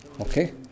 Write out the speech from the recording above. Okay